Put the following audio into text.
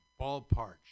Ballpark